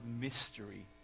mystery